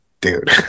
dude